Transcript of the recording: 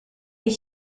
est